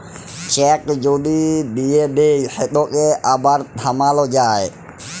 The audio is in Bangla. চ্যাক যদি দিঁয়ে দেই সেটকে আবার থামাল যায়